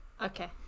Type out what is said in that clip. Okay